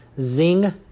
zing